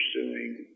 pursuing